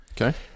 Okay